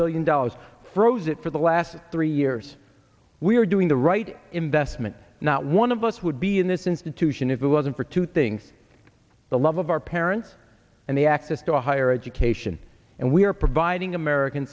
billion dollars froze it for the last three years we are doing the right investment not one of us would be in this institution if it wasn't for two things the love of our parents and the access to high our education and we are providing american